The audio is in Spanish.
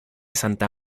santa